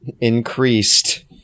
increased